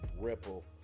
Ripple